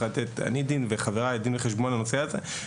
אני וחבריי הינו צריכים לתת דין וחשבון על הנושא הזה.